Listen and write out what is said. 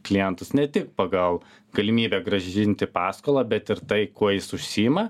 klientus ne tik pagal galimybę grąžinti paskolą bet ir tai kuo jis užsiima